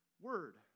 word